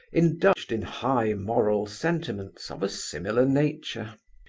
indulged in high moral sentiments of a similar nature.